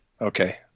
Okay